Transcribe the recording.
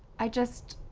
i just,